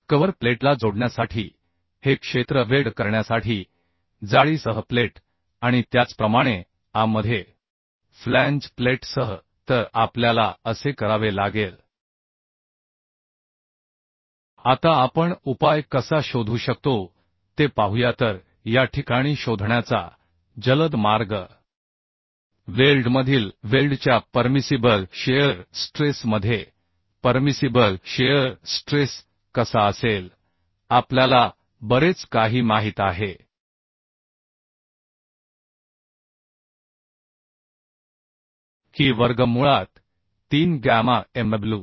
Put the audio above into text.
cover प्लेटला जोडण्यासाठी हे क्षेत्र वेल्ड करण्यासाठी जाळीसह प्लेट आणि त्याचप्रमाणे a मध्ये फ्लॅंज प्लेटसह तर आपल्याला असे करावे लागेल आता आपण उपाय कसा शोधू शकतो ते पाहूया तर या ठिकाणी शोधण्याचा जलद मार्ग वेल्डमधील वेल्डच्या परमिसिबल शिअर स्ट्रेस मध्ये परमिसिबल शिअर स्ट्रेस कसा असेल आपल्याला बरेच काही माहित आहे की वर्गमुळात 3 गॅमा mw